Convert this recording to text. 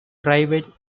private